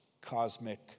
cosmic